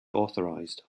authorized